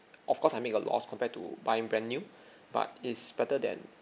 of course I make a loss compared to buying brand new but it's better than